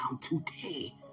today